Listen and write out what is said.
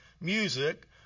music